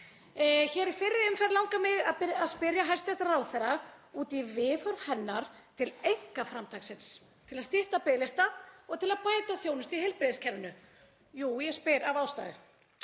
Hér í fyrri umferð langar mig að spyrja hæstv. ráðherra út í viðhorf hennar til einkaframtaksins til að stytta biðlista og til að bæta þjónustu í heilbrigðiskerfinu. Jú, ég spyr af ástæðu.